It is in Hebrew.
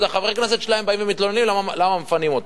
ועוד חברי הכנסת שלהם באים ומתלוננים למה מפנים אותם.